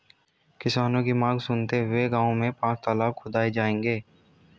किसानों की मांग सुनते हुए गांव में पांच तलाब खुदाऐ जाएंगे